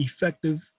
effective